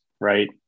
Right